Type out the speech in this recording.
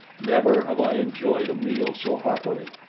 never have i enjoyed a meal so heartily.